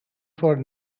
for